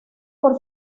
por